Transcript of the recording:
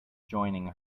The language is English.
joining